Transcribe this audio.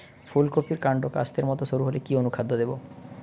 ফুলকপির কান্ড কাস্তের মত সরু হলে কি অনুখাদ্য দেবো?